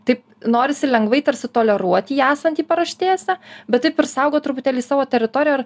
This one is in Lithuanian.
taip norisi lengvai tarsi toleruoti jį esantį paraštėse bet taip ir saugot truputėlį savo teritoriją ar